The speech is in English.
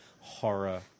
horror